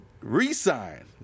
Resign